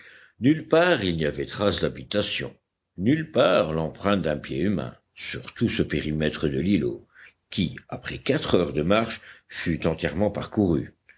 nulle part il n'y avait trace d'habitation nulle part l'empreinte d'un pied humain sur tout ce périmètre de l'îlot qui après quatre heures de marche fut entièrement parcouru